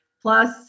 plus